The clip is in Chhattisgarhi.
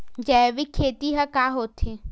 जैविक खेती ह का होथे?